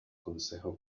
consejo